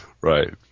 Right